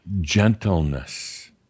gentleness